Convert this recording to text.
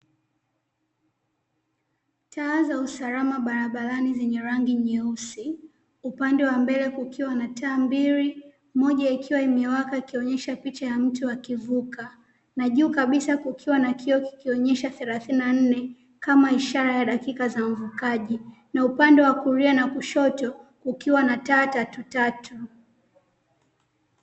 Taa za usalama barabarani zenye rangi nyeusi, upande wa mbele kukiwa na taa mbili moja ikiwa imewaka ikionyesha picha ya mtu akivuka na juu kabisa kukiwa na kioo kikionyesha thelathini na nne, kama ishara ya dakika za mvukaji. Na upande wa kulia na kushoto kukiwa na taa tatu tatu.